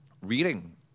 reading